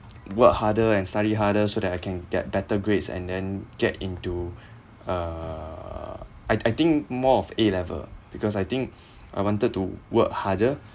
work harder and study harder so that I can get better grades and then get into uh I I think more of A level because I think I wanted to work harder